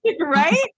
Right